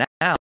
now